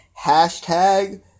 Hashtag